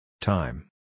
Time